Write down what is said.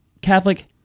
Catholic